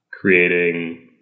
creating